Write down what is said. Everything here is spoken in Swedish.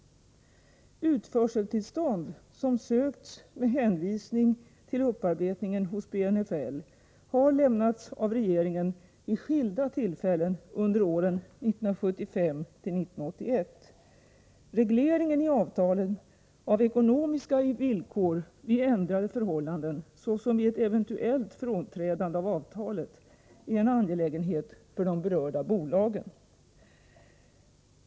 Utförseltillstånd, som sökts med hänvisning till upparbetningen hos BNFL, har lämnats av regeringen vid skilda tillfällen under åren 1975-1981. Regleringen i avtalen av ekonomiska villkor vid ändrade förhållanden, såsom vid ett eventuellt frånträdande av avtalet, är en angelägenhet för de berörda bolagen.